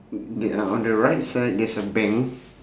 on the right side there's a bank